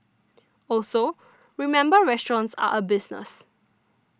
also remember restaurants are a business